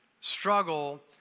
struggle